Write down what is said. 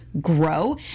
grow